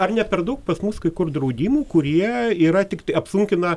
ar ne per daug pas mus kai kur draudimų kurie yra tiktai apsunkina